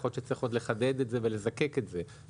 יכול להיות שצריך עוד לחדד את זה ולזקק את זה אבל